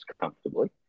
comfortably